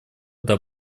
для